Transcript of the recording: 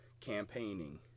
campaigning